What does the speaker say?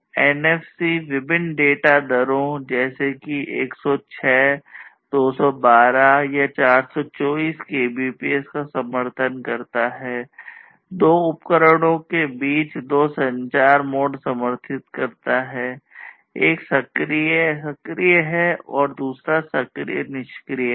NFC mode है